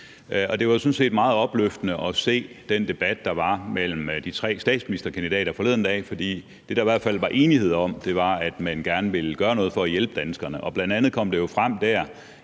set meget opløftende at se den debat, der var mellem de tre statsministerkandidater forleden dag. For det, der i hvert fald var enighed om, var, at man gerne ville gøre noget for at hjælpe danskerne.